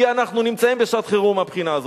כי אנחנו נמצאים בשעת-חירום מהבחינה הזאת.